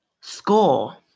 Score